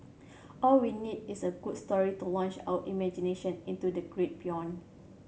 all we need is a good story to launch our imagination into the great beyond